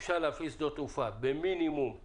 אפשר להפעיל שדות תעופה במינימום תחלואה,